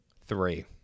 Three